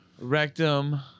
rectum